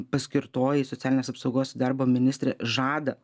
paskirtoji socialinės apsaugos ir darbo ministrė žada